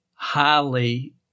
highly